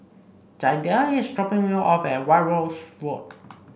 Jadiel is dropping me off at White House Road